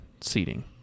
seating